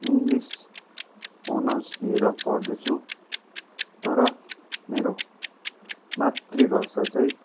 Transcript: English honours लिएर पढ्दैछु तर मेरो मातृभाषा चाहिँ